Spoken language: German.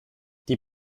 die